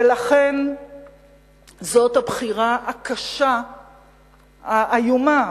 ולכן זאת הבחירה הקשה, האיומה,